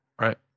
Right